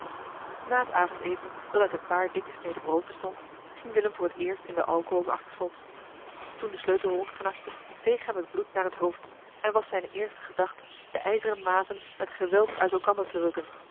na het avondeten dat uit een paar dikke sneden brood bestond ging willem voor het eerst in de alcove achter slot toen de sleutel rondknarste steeg hem het bloed naar het hoofd en was zijne eerste gedachte de ijzeren mazen met geweld uit elkander te rukken